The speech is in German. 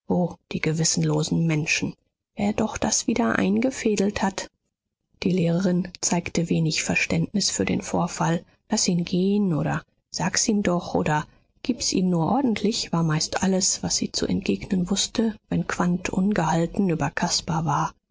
die gewissenlosen menschen wer doch das wieder eingefädelt hat die lehrerin zeigte wenig verständnis für den vorfall laß ihn gehen oder sag's ihm doch oder gib's ihm nur ordentlich war meist alles was sie zu entgegnen wußte wenn quandt ungehalten über caspar war